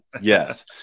Yes